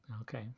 Okay